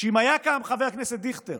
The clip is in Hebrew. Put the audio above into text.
שאם היה קם חבר הכנסת דיכטר,